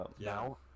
now